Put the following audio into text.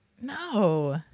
No